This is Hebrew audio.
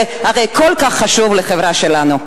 זה הרי כל כך חשוב לחברה שלנו.